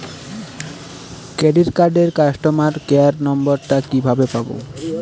Credit কার্ডের customer care number টা কিভাবে পাবো?